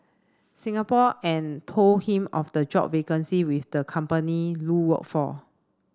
Singapore and told him of the job vacancy with the company Lu worked for